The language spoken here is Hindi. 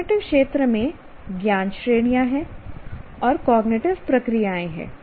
कॉग्निटिव क्षेत्र में ज्ञान श्रेणियां हैं और कॉग्निटिव प्रक्रियाएं हैं